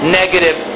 negative